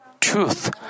truth